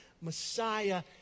Messiah